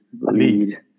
lead